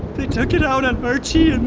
they took it out on archie, and